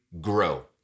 grow